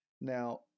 Now